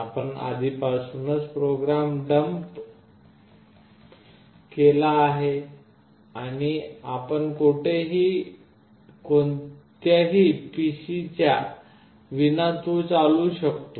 आपण आधीपासूनच program dump केला आहे आणि आपण कोठेही कोणत्याही पीसीच्या विना तो चालवू इच्छित आहे